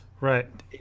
Right